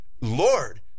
Lord